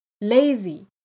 lazy